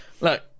Look